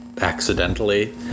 Accidentally